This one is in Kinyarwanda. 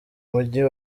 mujyi